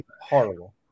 Horrible